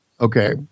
Okay